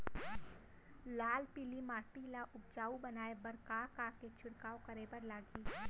लाल पीली माटी ला उपजाऊ बनाए बर का का के छिड़काव करे बर लागही?